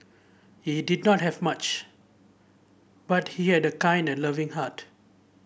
he did not have much but he had a kind and loving heart